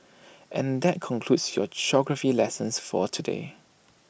and that concludes your geography lesson for the day